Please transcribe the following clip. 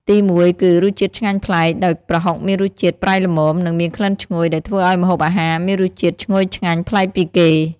ទីមួយ គឺ រសជាតិឆ្ងាញ់ប្លែក ដោយប្រហុកមានរសជាតិប្រៃល្មម និងមានក្លិនឈ្ងុយដែលធ្វើឱ្យម្ហូបអាហារមានរសជាតិឈ្ងុយឆ្ងាញ់ប្លែកពីគេ។